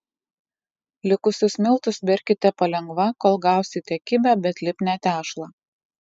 likusius miltus berkite palengva kol gausite kibią bet lipnią tešlą